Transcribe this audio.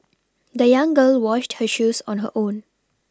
the young girl washed her shoes on her own